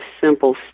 simple